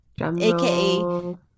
aka